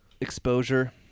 exposure